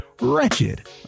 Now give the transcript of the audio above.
Wretched